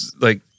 like-